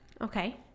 Okay